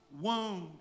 wound